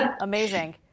amazing